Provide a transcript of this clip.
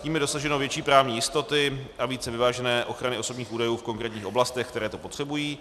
Tím je dosaženo větší právní jistoty a více vyvážené ochrany osobních údajů v konkrétních oblastech, které to potřebují.